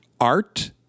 art